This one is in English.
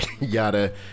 yada